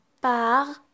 par